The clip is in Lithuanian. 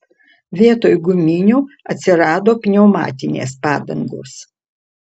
vietoj guminių atsirado pneumatinės padangos